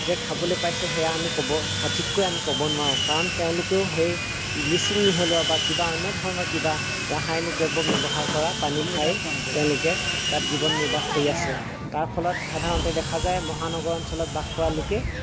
যে খাবলৈ পাইছে সেয়া আমি ক'ব সঠিককৈ আমি ক'ব নোৱাৰোঁ কাৰণ তেওঁলোকেও সেই ব্লিচিং মিহলোৱা বা কিবা অন্য ধৰণৰ কিবা ৰাসায়নিক দ্ৰব্য ব্যৱহাৰ কৰা পানী খাই তেওঁলোকে তাত জীৱন নিৰ্বাহ কৰি আছে তাৰ ফলত সাধাৰণতে দেখা যায় মহানগৰ অঞ্চলত বাস কৰা লোকে